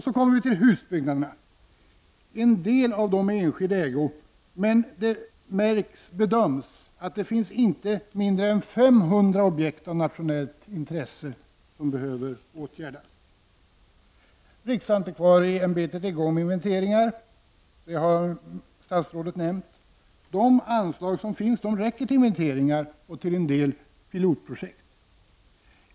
Så kommer vi till husbyggnaderna: en del av dem är i enskild ägo, men det bedöms att det inte finns mindre än 500 objekt av nationellt intresse som behöver åtgärdas. Riksantikvarieämbetet är i gång med inventeringar -- det har statsrådet nämnt. De anslag som finns räcker till inventeringen och en del pilotprojekt.